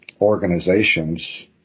organizations